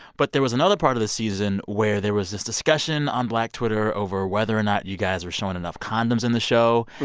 but there was another part of the season where there was this discussion on black twitter over whether or not you guys were showing enough condoms in the show.